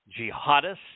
jihadists